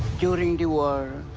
during the war.